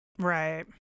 Right